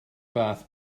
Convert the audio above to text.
fath